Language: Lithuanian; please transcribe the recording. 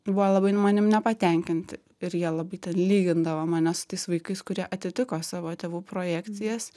buvo labai manim nepatenkinti ir jie labai ten lygindavo mane su tais vaikais kurie atitiko savo tėvų projekcijas